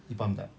you faham tak